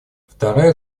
вторая